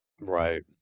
right